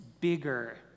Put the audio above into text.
bigger